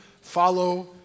follow